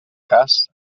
cas